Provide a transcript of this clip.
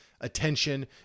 attention